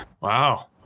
Wow